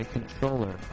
Controller